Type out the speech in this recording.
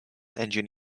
engine